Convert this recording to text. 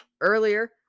earlier